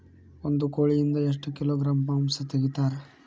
ಒಂದು ಕೋಳಿಯಿಂದ ಎಷ್ಟು ಕಿಲೋಗ್ರಾಂ ಮಾಂಸ ತೆಗಿತಾರ?